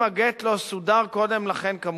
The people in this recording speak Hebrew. אם הגט לא סודר קודם לכן, כמובן.